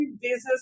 business